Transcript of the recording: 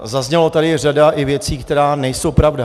Zazněla tady i řada věcí, které nejsou pravda.